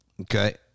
Okay